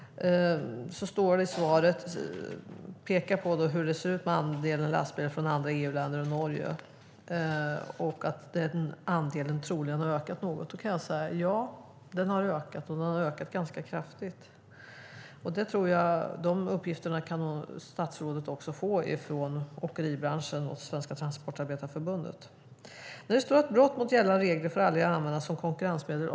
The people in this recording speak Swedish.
Hon pekar på hur det ser ut med andelen lastbilar från andra EU-länder och Norge och säger att den andelen troligen har ökat något. Då kan jag säga: Ja, den har ökat, och den har ökat ganska kraftigt. De uppgifterna kan nog statsrådet också få från åkeribranschen och Svenska Transportarbetareförbundet. I svaret står det så här: Brott mot gällande regler får aldrig användas som konkurrensmedel.